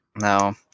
No